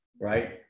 right